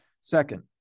Second